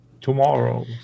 tomorrow